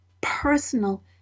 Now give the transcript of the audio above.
personal